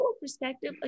perspective